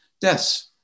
deaths